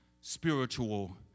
spiritual